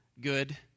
good